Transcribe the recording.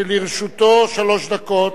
שלרשותו שלוש דקות.